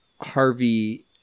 Harvey